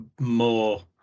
more